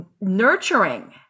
Nurturing